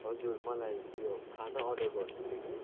हजुर मलाई यो खाना अर्डर गर्नु थियो कि